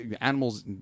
animals